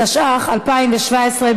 התשע"ח 2017,